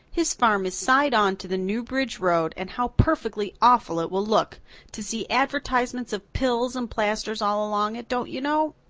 his farm is side-on to the newbridge road and how perfectly awful it will look to see advertisements of pills and plasters all along it, don't you know?